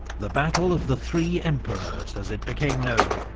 the battle of the three emperors, as it became known,